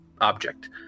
object